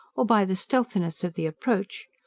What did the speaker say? or by the stealthiness of the approach,